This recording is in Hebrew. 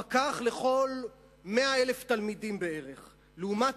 פקח לכל 100,000 תלמידים בערך לעומת